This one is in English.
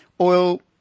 Oil